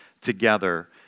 together